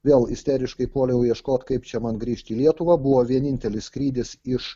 vėl isteriškai puoliau ieškot kaip čia man grįžt į lietuvą buvo vienintelis skrydis iš